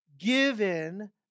Given